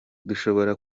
dushobora